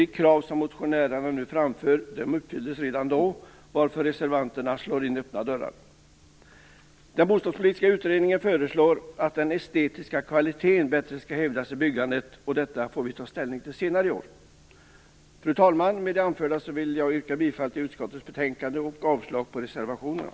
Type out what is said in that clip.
Det krav som motionärerna nu framför uppfylldes redan då, varför reservanterna här slår in öppna dörrar. Bostadspolitiska utredningen föreslår att den estetiska kvaliteten i byggandet bättre skall hävdas. Det får vi ta ställning till senare i år. Fru talman! Med det anförda yrkar jag bifall till hemställan i utskottets betänkande samt avslag på reservationerna.